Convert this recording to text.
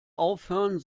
aufhören